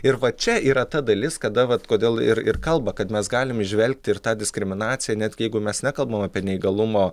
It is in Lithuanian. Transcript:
ir va čia yra ta dalis kada vat kodėl ir ir kalba kad mes galim įžvelgti ir tą diskriminaciją netgi jeigu mes nekalbam apie neįgalumo